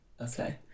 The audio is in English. Okay